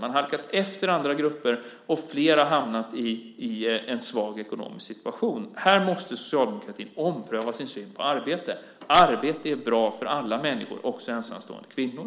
Man har halkat efter andra grupper, och flera har hamnat i en svag ekonomisk situation. Här måste socialdemokratin ompröva sin syn på arbete. Arbete är bra för alla människor - också ensamstående kvinnor.